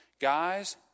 guys